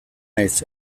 naiz